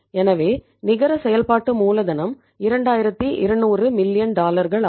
எனவே நிகர செயல்பாட்டு மூலதனம் 2200 மில்லியன் ஆகும்